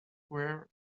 wears